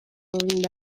egin